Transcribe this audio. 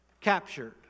captured